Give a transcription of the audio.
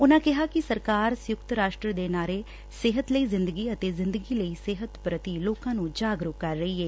ਉਨੂੰ ਕਿਹਾ ਕਿ ਸਰਕਾਰ ਸੰਯੁਕਤ ਰਾਸਟਰ ਦੇ ਨਾਅਰੇ ਸਿਹਤ ਲਈ ਜਿੰਦਗੀ ਅਤੇ ਜਿੰਦਗੀ ਲਈ ਸਿਹਤ ਪੁਤੀ ਲੋਕਾ ਨੰ ਜਾਗਰੁਕ ਕਰ ਰਹੀ ਏ